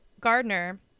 Gardner